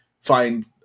find